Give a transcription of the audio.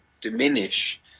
diminish